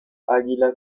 águila